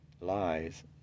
lies